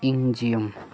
ꯏꯪꯖꯤꯌꯝ